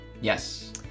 Yes